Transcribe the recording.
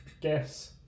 guess